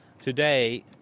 today